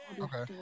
Okay